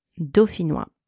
dauphinois